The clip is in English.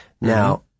Now